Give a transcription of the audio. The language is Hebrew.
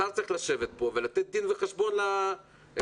השר צריך לשבת פה ולתת דין וחשבון לוועדה,